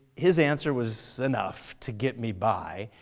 his answer was enough to get me by,